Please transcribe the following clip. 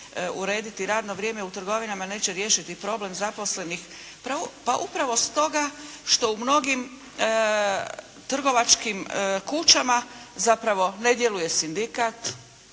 urediti radno vrijeme u trgovinama neće riješiti problem zaposlenih? Pa upravo stoga što u mnogim trgovačkim kućama zapravo ne djeluje sindikat,